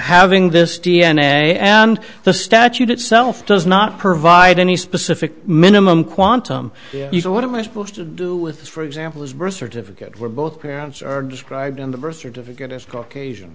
having this d n a and the statute itself does not provide any specific minimum quantum of what am i supposed to do with for example is a birth certificate where both parents are described in the birth certificate as caucasian